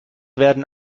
werden